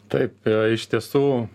taip iš tiesų